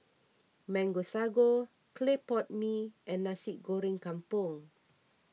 Mango Sago Clay Pot Mee and Nasi Goreng Kampung